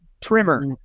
trimmer